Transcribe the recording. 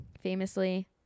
famously